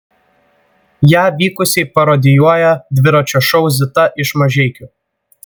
ją vykusiai parodijuoja dviračio šou zita iš mažeikių